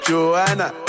Joanna